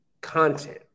content